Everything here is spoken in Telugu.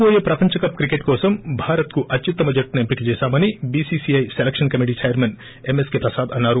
రాబోయే ప్రపంచ కప్ క్రికెట్ కోసం భారత్ కు అత్యుత్తమ జట్లును ఎంపిక చేశామని BCCI selection committee chairman MSK Prasad అన్నారు